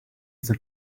for